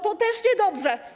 To też niedobrze.